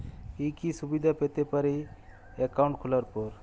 কি কি সুবিধে পেতে পারি একাউন্ট খোলার পর?